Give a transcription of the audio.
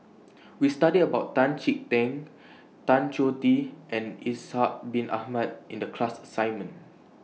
We studied about Tan Chee Teck Tan Choh Tee and Ishak Bin Ahmad in The class assignment